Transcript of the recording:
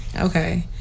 Okay